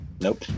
Nope